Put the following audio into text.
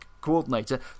coordinator